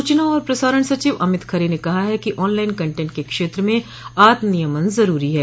सूचना और प्रसारण सचिव अमित खरे ने कहा है कि ऑनलाइन कांटेन्ट के क्षेत्र में आत्म नियमन जरूरी है